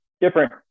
different